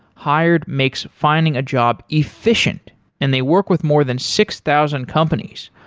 hired makes finding a job efficient and they work with more than six thousand companies,